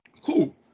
Cool